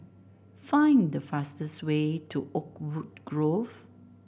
find the fastest way to Oakwood Grove